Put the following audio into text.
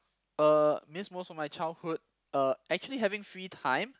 uh miss most of my childhood uh actually having free time